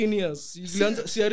years